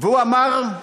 והוא אמר: